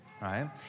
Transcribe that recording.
Right